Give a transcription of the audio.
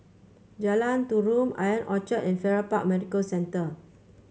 Jalan Tarum Ion Orchard and Farrer Park Medical Centre